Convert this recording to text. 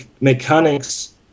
mechanics